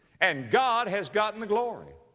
and god has gotten the glory.